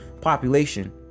population